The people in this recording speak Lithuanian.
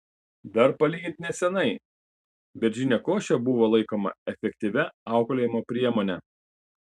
dar palyginti neseniai beržinė košė buvo laikoma efektyvia auklėjimo priemone